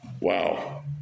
Wow